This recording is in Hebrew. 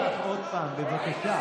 חבר הכנסת ביטון,